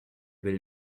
will